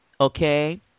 Okay